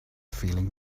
feeling